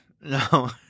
no